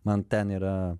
man ten yra